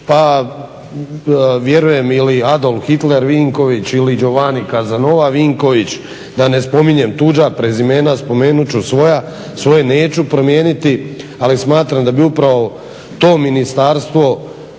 Vinković ili Adolf Hitler Vinković ili Giovanni Casanova Vinković, da ne spominjem tuđa prezimena spomenut ću svoje, neću promijeniti. Ali smatram da bi upravo to ministarstvo